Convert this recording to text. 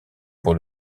pour